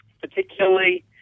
particularly